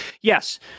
yes